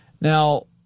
Now